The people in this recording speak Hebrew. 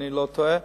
אם אני לא טועה,